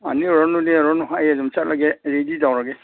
ꯑꯥ ꯅꯦꯛꯎꯔꯅꯨ ꯅꯦꯛꯎꯔꯅꯨ ꯑꯩ ꯑꯗꯨꯝ ꯆꯠꯂꯒꯦ ꯔꯦꯗꯤ ꯇꯧꯔꯒꯦ